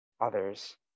others